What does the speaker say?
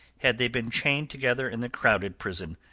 had they been chained together in the crowded prison,